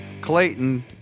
Clayton